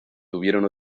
tuvieron